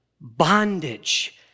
bondage